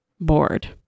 bored